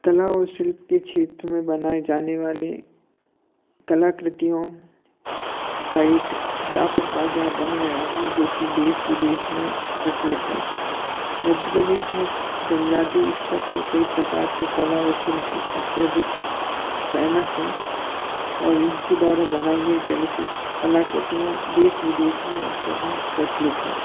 कला और शिल्प क्षेत्र में बनाए जाने वाले कलाकृतियों का एक व्यापक बाज़ार बन गया है जो कि देश विदेश में प्रचलित है मध्य प्रदेश में जनजाति स्तर पर कई प्रकार कइ कला और शिल्प अत्यधिक फेमस हैं और इनके द्वारा बनाई गई कलाकृतियाँ देश विदेश में अत्यधिक प्रचलित हैं